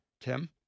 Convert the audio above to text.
Tim